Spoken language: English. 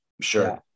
sure